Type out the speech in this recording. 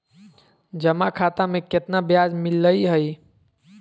जमा खाता में केतना ब्याज मिलई हई?